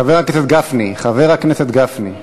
חבר הכנסת גפני.